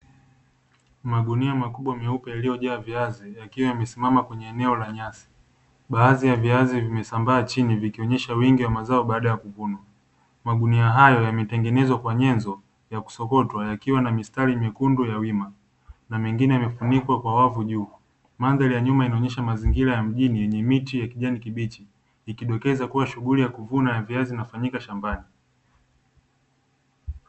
Magunia makubwa meupe yaliyojaa viazi yakiwa yamesimama kwenye eneo la nyasi, baadhi ya viazi vimesambaa chini vikionyesha wingi wa mazao baada ya kuvunwa, magunia hayo yametengenezwa kwa nyenzo yakusokotwa yakiwa na mistari mekundu ya wima na mengine yamefunikwa kwa wavu juu. Mandhari ya nyuma inaonyesha mazingira ya mjini yenye miti ya kijani kibichi ikidokeza kuwa shughuli ya kuvuna ya viazi inafanyika shambani.